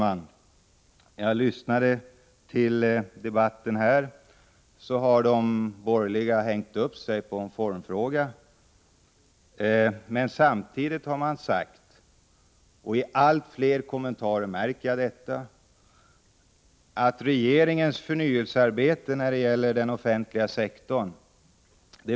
Jag har lyssnat på den debatt som har förts här, fru talman. De borgerliga säger att det inte blev mycket av regeringens förnyelsearbete för den offentliga sektorn.